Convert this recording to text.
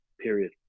Period